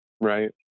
right